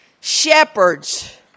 Shepherds